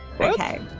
Okay